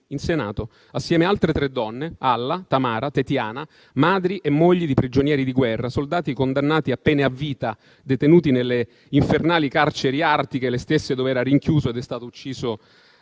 in Senato, assieme ad altre tre donne (Alla, Tamara e Tetyana), madri e mogli di prigionieri di guerra, soldati condannati a pene a vita, detenuti nelle infernali carceri artiche, le stesse dov’era rinchiuso ed è stato ucciso Aleksej